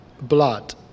blood